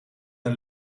een